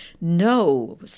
No